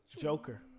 Joker